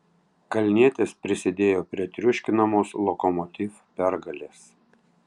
kalnietis prisidėjo prie triuškinamos lokomotiv pergalės